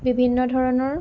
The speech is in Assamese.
বিভিন্ন ধৰণৰ